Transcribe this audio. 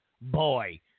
boy